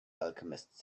alchemist